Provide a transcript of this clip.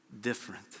different